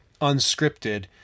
unscripted